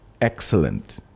excellent